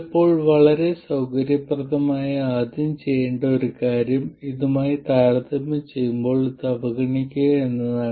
ചിലപ്പോൾ വളരെ സൌകര്യപ്രദമായ ആദ്യം ചെയ്യേണ്ട ഒരു കാര്യം ഇതുമായി താരതമ്യം ചെയ്യുമ്പോൾ ഇത് അവഗണിക്കുക എന്നതാണ്